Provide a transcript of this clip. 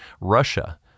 Russia